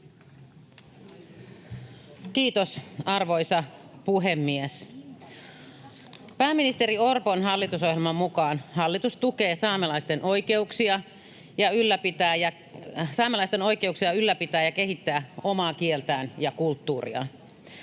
Kiitos, arvoisa puhemies! Pääministeri Orpon hallitusohjelman mukaan hallitus tukee saamelaisten oikeuksia ja ylläpitää ja kehittää omaa kieltään ja kulttuuriaan.